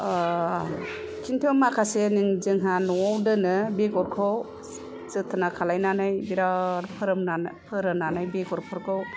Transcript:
ओह खिन्थु माखासे नों जोंहा न'आव दोनो बेगरखौ जथ्न' खालायनानै बिराथ फोरोम फोरोननानै बेगरफोरखौ